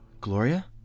Gloria